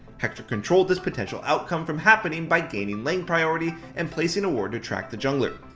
hector controlled this potential outcome from happening by gaining lane priority and placing a ward to track the jungler.